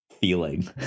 feeling